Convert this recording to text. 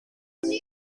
three